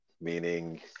meaning